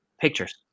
pictures